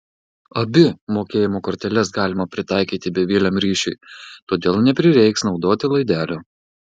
abi mokėjimo korteles galima pritaikyti bevieliam ryšiui todėl neprireiks naudoti laidelio